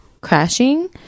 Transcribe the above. Crashing